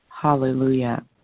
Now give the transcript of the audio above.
Hallelujah